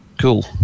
cool